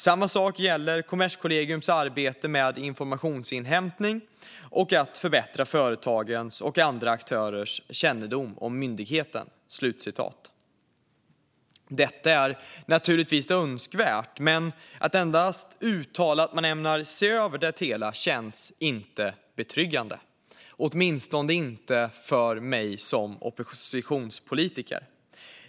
Samma sak gäller Kommerskollegiums arbete med informationsinhämtning och att förbättra företagens och andra aktörers kännedom om myndigheten." Detta är naturligtvis önskvärt, men att endast uttala att man ämnar se över det hela känns inte betryggande, åtminstone inte för mig som oppositionspolitiker.